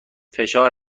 فشار